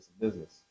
business